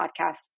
podcast